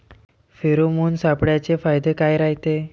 Pheromone सापळ्याचे फायदे काय रायते?